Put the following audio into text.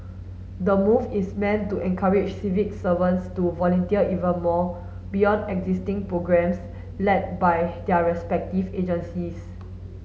the move is meant to encourage civic servants to volunteer even more beyond existing programmes led by their respective agencies